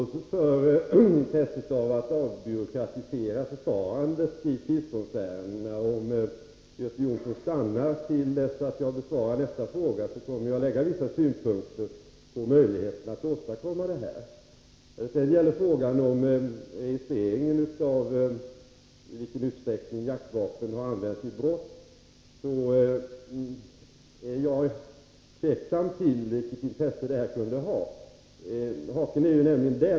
Herr talman! Jag har stor förståelse för intresset av att avbyråkratisera förfarandet vid tillståndsärenden. Om Göte Jonsson stannar till dess att jag besvarar nästa fråga kommer jag där att lägga fram vissa synpunkter på möjligheten att åstadkomma detta. När det sedan gäller frågan om registreringen av i vilken utsträckning jaktvapen har använts vid brott är jag tveksam till vilket intresse det kan ha.